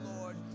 Lord